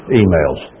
emails